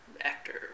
Actor